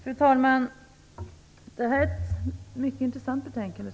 Fru talman! Det här är ett mycket intressant betänkande.